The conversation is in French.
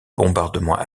bombardements